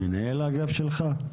מנהל האגף שלך?